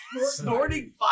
snorting